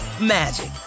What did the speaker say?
magic